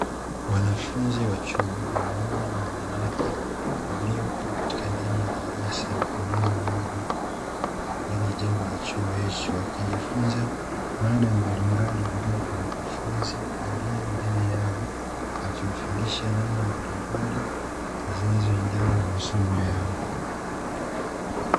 Wanafunzi wa chuo wanaume na wanawake waliokaa katika ndani ya darasa maeneo maalum ndani ya jengo la chuo hicho, wakijifunza mada mbalimbali kutoka kwa mkufunzi aliye mbele yao akiwafundisha namna mbalimbali na zinazoendana na masomo yao.